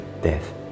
death